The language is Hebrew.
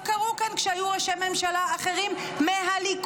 קרו כאן כשהיו ראשי ממשלה אחרים מהליכוד.